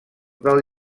del